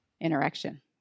interaction